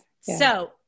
So-